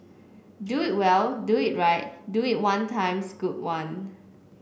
do it well do it right do it one times good one